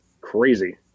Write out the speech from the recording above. Crazy